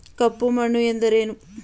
ಕಪ್ಪು ಮಣ್ಣು ಎಂದರೇನು?